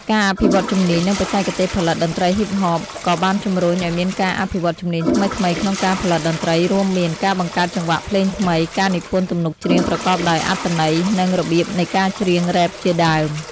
ការអភិវឌ្ឍន៍ជំនាញ និងបច្ចេកទេសផលិត តន្រ្តី ហ៊ីបហប ក៏បានជំរុញឱ្យមានការអភិវឌ្ឍន៍ជំនាញថ្មីៗក្នុងការផលិតតន្ត្រី រួមមាន ការបង្កើតចង្វាក់ភ្លេងថ្មី ការនិពន្ធទំនុកច្រៀងប្រកបដោយអត្ថន័យ និង របៀបនៃការច្រៀងរ៉េបជាដើម។